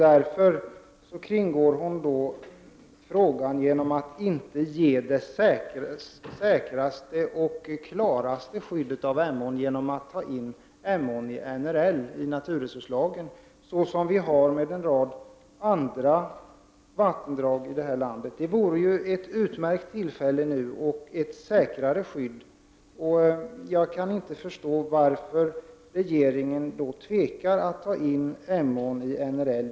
Miljöministern kringgår frågan och vill inte ge det säkraste och tydligaste skyddet av Emån genom att föra in ån i NRL — något som vi har gjort när det gäller en rad andra vattendrag här i landet. Det vore ett utmärkt tillfälle att göra detta nu, och det skulle innebära ett säkrare skydd. Jag kan inte förstå varför regeringen tvekar att föra in Emån i NRL.